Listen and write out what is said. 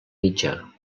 mitjà